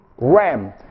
ram